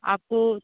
आपको